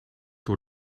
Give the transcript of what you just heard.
door